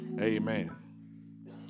Amen